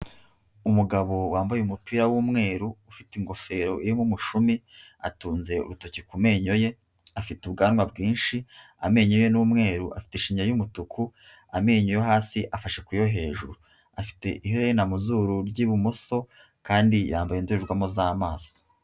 Umugabo wambaye umupira w'umweru, ufite ingofero irimo umushumi, atunze urutoki ku menyo ye, afite ubwanwa bwinshi, amenyo ye n'umweru afite ishinya y'umutuku, amenyo yo hasi afashe ku yo hejuru, afite iherena muzuru ry'ibumoso kandi yambaye indorerwamo z'amaso.